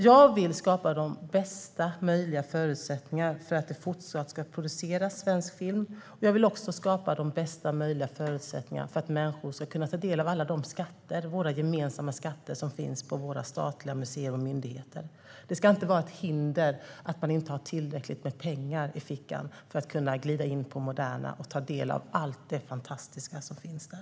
Jag vill skapa bästa möjliga förutsättningar för att det fortsatt ska produceras svensk film. Jag vill också skapa bästa möjliga förutsättningarna för att människor ska kunna ta del av alla de skatter, våra gemensamma skatter, som finns på våra statliga museer och myndigheter. Det ska inte vara ett hinder att man inte har tillräckligt med pengar i fickan för att kunna glida in på Moderna och ta del av allt det fantastiska som finns där.